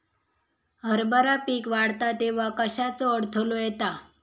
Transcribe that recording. हरभरा पीक वाढता तेव्हा कश्याचो अडथलो येता?